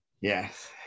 Yes